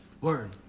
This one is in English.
Word